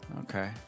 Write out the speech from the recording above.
Okay